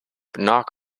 knock